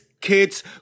kids